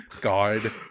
God